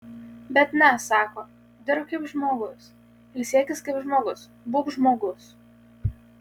bet ne sako dirbk kaip žmogus ilsėkis kaip žmogus būk žmogus